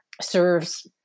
serves